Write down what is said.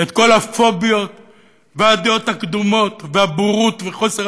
את כל הפוביות והדעות הקדומות והבורות וחוסר